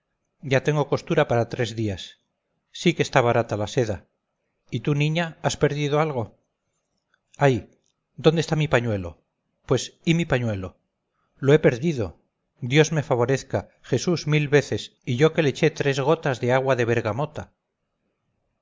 ya tengo costura para tres días sí que está barata la seda y tú niña has perdido algo ay dónde está mi pañuelo pues y mi pañuelo lo he perdido dios me favorezca jesús mil veces y yo que le eché tres gotas de agua de bergamota